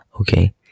okay